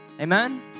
Amen